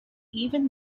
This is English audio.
even